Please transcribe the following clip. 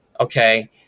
okay